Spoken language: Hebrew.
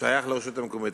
שייך לרשות המקומית.